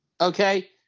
Okay